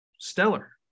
stellar